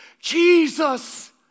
Jesus